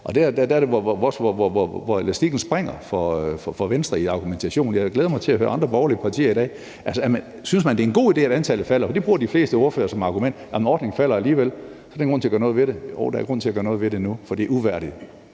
Det er der, elastikken springer for Venstre i argumentationen, og jeg glæder mig til at høre andre borgerlige partier i dag: Synes man, det er en god idé, at antallet falder? For det bruger de fleste ordførere som argument, altså at ordningen alligevel falder, og så er der ingen grund til at gøre noget ved det. Jo, der er grund til at gøre noget ved det nu, for det, vi